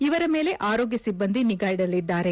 ಇವರ ಮೇಲೆ ಆರೋಗ್ಯ ಸಿಬ್ಬಂದಿ ನಿಗಾ ಇಡಲಿದ್ದಾರೆ